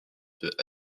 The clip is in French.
peut